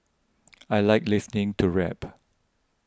I like listening to rap